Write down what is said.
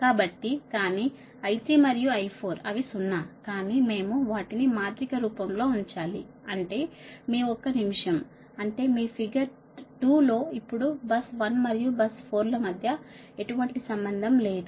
కాబట్టి కానీ I3 మరియు I4 అవి సున్నా కానీ మేము వాటిని మాత్రిక రూపం లో ఉంచాలి అంటే మీ ఒక్క నిమిషం అంటే మీ ఫిగర్ రెండు లో ఇప్పుడు బస్ 1 మరియు బస్సు 4 ల మధ్య ఎటువంటి సంబంధం లేదు